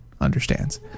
understands